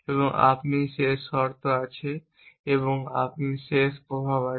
এবং আপনি শেষ শর্ত আছে এবং আপনি শেষ প্রভাব আছে